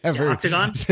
octagon